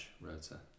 rotor